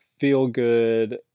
feel-good